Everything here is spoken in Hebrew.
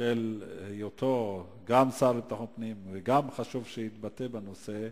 אבל בשל היותו גם שר לביטחון פנים וגם משום שחשוב שיתבטא בנושא,